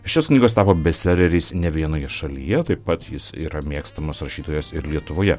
šios knygos tapo bestseleriais ne vienoje šalyje taip pat jis yra mėgstamas rašytojas ir lietuvoje